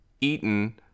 eaten